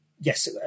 yes